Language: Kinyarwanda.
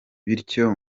bityo